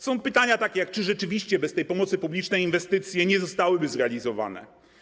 Są pytania takie jak: Czy rzeczywiście bez tej pomocy publicznej inwestycje nie zostałyby zrealizowane?